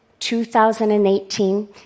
2018